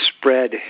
spread